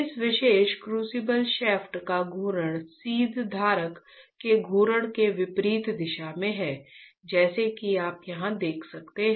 इस विशेष crucible shaft का घूर्णन सीड धारक के घूर्णन के विपरीत दिशा में है जैसा कि आप यहां देख सकते हैं